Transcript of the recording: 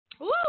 Woo